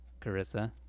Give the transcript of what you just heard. carissa